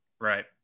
Right